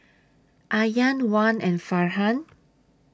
Aryan Wan and Farhan